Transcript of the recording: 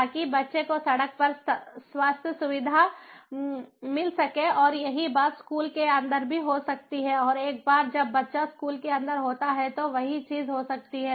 ताकि बच्चे को सड़क पर स्वास्थ्य सुविधाएं मिल सकें और यही बात स्कूल के अंदर भी हो सकती है और एक बार जब बच्चा स्कूल के अंदर होता है तो वही चीज हो सकती है